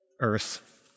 Earth